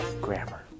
grammar